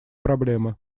проблемы